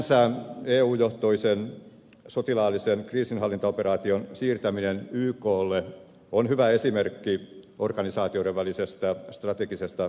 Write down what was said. sinänsä eu johtoisen sotilaallisen kriisinhallintaoperaation siirtäminen yklle on hyvä esimerkki organisaatioiden välisestä strategisesta kumppanuudesta